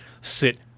sit